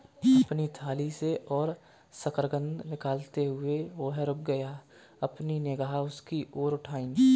अपनी थाली से और शकरकंद निकालते हुए, वह रुक गया, अपनी निगाह उसकी ओर उठाई